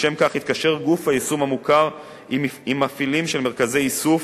ולשם כך יתקשר גוף היישום המוכר עם מפעילים של מרכזי איסוף,